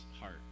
heart